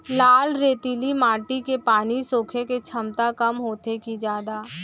लाल रेतीली माटी के पानी सोखे के क्षमता कम होथे की जादा?